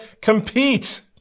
compete